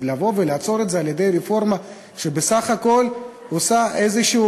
אז לבוא ולעצור את זה על-ידי רפורמה שבסך הכול עושה איזה,